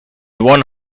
one